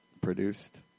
Produced